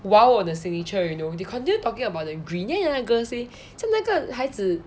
!wow! the signature you know they continue talking about the green then you know that girl say 像那个孩子